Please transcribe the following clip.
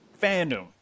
Fandom